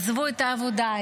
עזבו את העבודה,